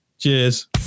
Cheers